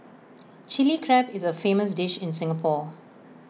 Chilli Crab is A famous dish in Singapore